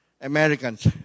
Americans